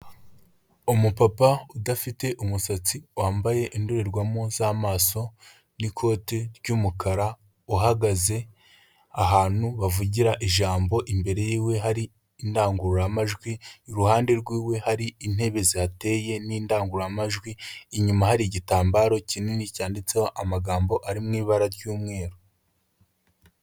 Umupapa udafite umusatsi, wambaye indorerwamo z'amaso n'ikote ry'umukara, uhagaze ahantu bavugira ijambo, imbere yiwe hari indangururamajwi, iruhande rwiwe hari intebe zihateye n'indangururamajwi, inyuma hari igitambaro kinini cyanditseho amagambo ari mu ibara ry'umweru.